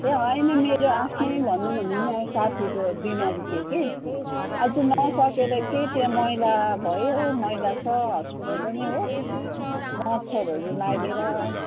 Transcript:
ए होइन मेरो आफ्नै भनौँ भने पनि साथीको बिमारी थियो के अझ नसकेर के त्यहाँ मैला भयो मैला छ हस्पिटल पनि हो मच्छडहरू लागेर